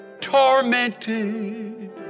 tormented